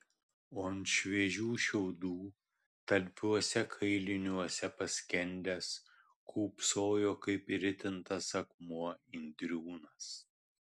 o ant šviežių šiaudų talpiuose kailiniuose paskendęs kūpsojo kaip įritintas akmuo indriūnas